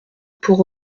pour